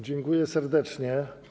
Dziękuję serdecznie.